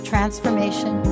Transformation